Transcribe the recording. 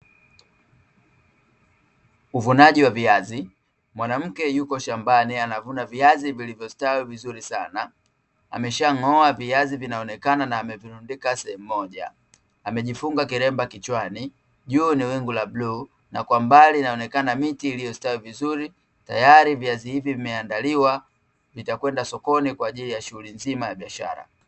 Uvunaji wa viazi, mwanamke yuko shambani anavuna viazi vilivyostawi vizuri sana, ameshang'oa viazi vinaonekana na amevirundika sehemu moja, amejifunga kiremba kichwani, juu ni wingu la bluu na kwa mbali inaonekana miti iliyostawi vizuri. Tayari viazi hivi vimeandaliwa, vitakwenda sokoni kwa ajili ya shughuli nzima ya biashara.